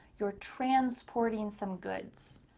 you're transporting some goods.